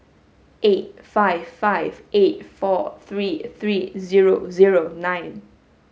eight five five eight four three three zero zero nine